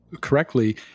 correctly